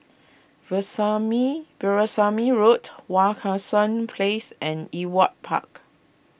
Veerasamy Road Wak Hassan Place and Ewart Park